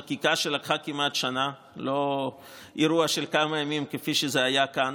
זו חקיקה שארכה כמעט שנה ולא אירוע של כמה ימים כפי שזה היה כאן,